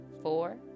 four